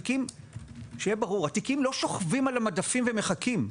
שיהיה ברור התיקים לא שוכבים על המדפים ומחכים,